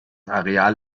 areal